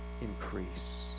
increase